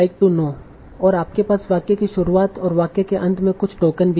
और आपके पास वाक्य की शुरुआत और वाक्य के अंत में कुछ टोकन भी हैं